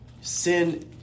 sin